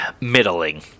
middling